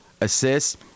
assists